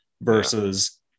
versus